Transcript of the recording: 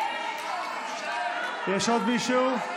יש עוד מישהו?